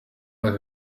aka